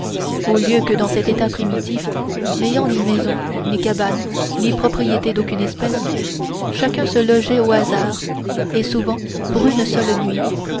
au lieu que dans cet état primitif n'ayant ni maison ni cabanes ni propriété d'aucune espèce chacun se logeait au hasard et souvent pour une seule nuit